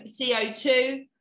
CO2